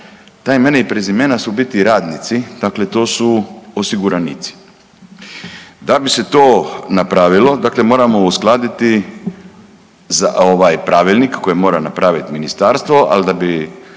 Ta imena i prezimena su u biti radnici, dakle to su osiguranici. Da bi se to napravilo, dakle moram uskladiti ovaj Pravilnik koji mora napraviti Ministarstvo, ali da bi